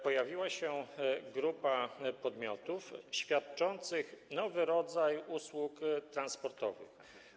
Pojawiła się grupa podmiotów świadczących nowy rodzaj usług transportowych.